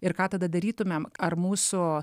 ir ką tada darytumėm ar mūsų